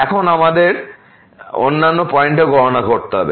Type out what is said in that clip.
এখন আমাদের অন্যান্য পয়েন্টেও গণনা করতে হবে